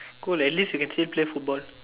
cool at least you can still play football